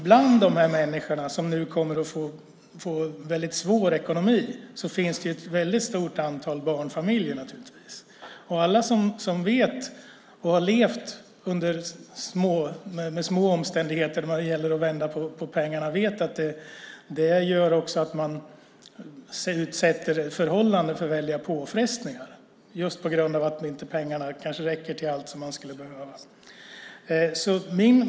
Bland de människor som nu kommer att få svårt med ekonomin finns givetvis ett stort antal barnfamiljer. Alla som har levt under små omständigheter och behövt vända på pengarna vet att det utsätter förhållandet för stora påfrestningar, just på grund av att pengarna inte räcker till allt som man skulle behöva.